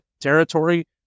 territory